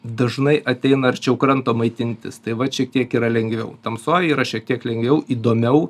dažnai ateina arčiau kranto maitintis tai vat šiek tiek yra lengviau tamsoj yra šiek tiek lengviau įdomiau